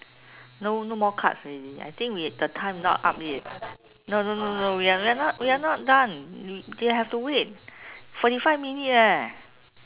no no more cards already I think we the time not up yet no no no we are not we are not done we have to wait forty five minute leh